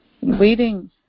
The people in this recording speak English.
waiting